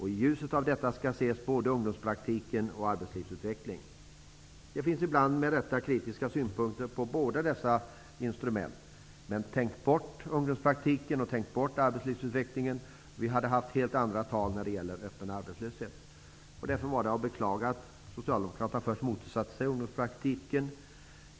I ljuset av detta skall ses både ungdomspraktiken och arbetslivsutvecklingen. Det finns ibland med rätta kritiska synpunkter på båda dessa instrument. Men tänk bort ungdomspraktiken och tänk bort arbetslivsutvecklingen och vi hade haft helt andra tal när det gäller öppen arbetslöshet. Därför var det att beklaga att socialdemokraterna först motsatte sig ungdomspraktiken.